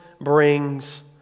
brings